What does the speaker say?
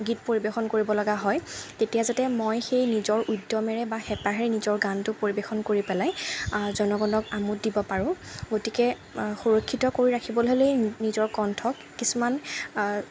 গীত পৰিৱেশন কৰিবলগা হয় তেতিয়া যাতে মই সেই নিজৰ উদ্যমেৰে বা হেঁপাহেৰে নিজৰ গানটো পৰিৱেশন কৰি পেলাই জনগনক আমোদ দিব পাৰোঁ গতিকে সুৰক্ষিত কৰি ৰাখিবলৈ হ'লে নিজৰ কণ্ঠক কিছুমান